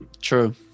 True